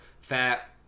Fat